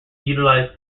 utilized